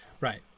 Right